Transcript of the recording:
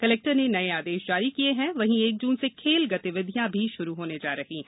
collector नए आदेश जारी किए हैं वहीं एक जून से खेल गतिविधियां भी शुरू होने जा रही हैं